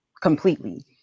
completely